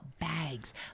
bags